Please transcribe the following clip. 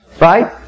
right